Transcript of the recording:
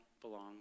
belong